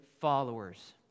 followers